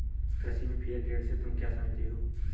कृषि में fair trade से तुम क्या समझते हो?